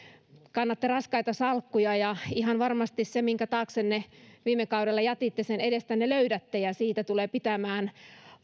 kannatte raskaita salkkuja ja ihan varmasti se minkä taaksenne viime kaudella jätitte sen edestänne löydätte ja siitä tulee pitämään